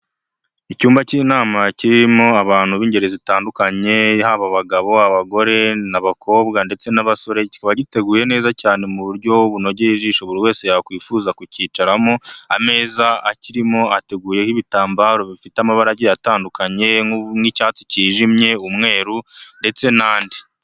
Icyumba cy'inama kirimo abantu b'ingeri zitandukanye haba abagabo abagore n'abakobwa ndetse n'abasore kikaba giteguye neza cyane mu buryo bunogeye ijisho buri wese yakwifuza kucyicaramo, ameza akirimo ateguyeho ibitambaro bifite amabara atandukanye nk'icyatsi kijimye umweru ndetse n'andi.